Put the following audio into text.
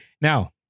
Now